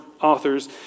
authors